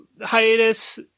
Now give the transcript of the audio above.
hiatus